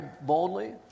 boldly